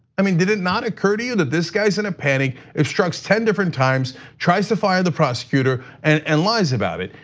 i mean, did it not occur to you that this guy's in a panic, obstructs ten different times, tries to fire the prosecutor and and lies about it?